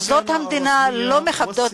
מוסדות המדינה לא מכבדים